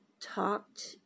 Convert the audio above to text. talked